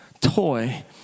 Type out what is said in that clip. toy